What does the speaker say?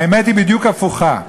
האמת היא בדיוק הפוכה.